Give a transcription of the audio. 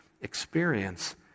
experience